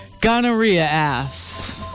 gonorrhea-ass